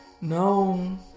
No